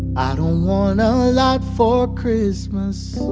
i don't want a lot for christmas.